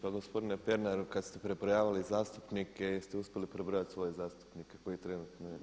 Pa gospodine Pernaru kada ste prebrojavali zastupnike jeste uspjeli prebrojati svoje zastupnike koje trenutno